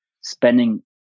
spending